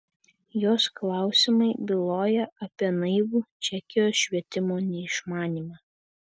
jos klausimai bylojo apie naivų čekijos švietimo neišmanymą